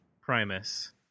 Primus